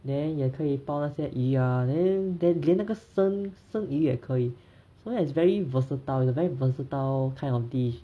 then 也可以包那些鱼啊 then then then 连那个生生鱼也可以 so ya it's very versatile it's a very versatile kind of dish